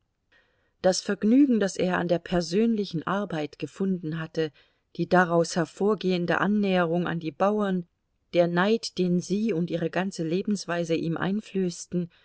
das vergnügen das er an der persönlichen arbeit gefunden hatte die daraus hervorgehende annäherung an die bauern der neid den sie und ihre ganze lebensweise ihm einflößten